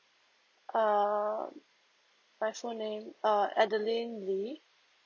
um my full name err adeline lee